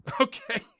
Okay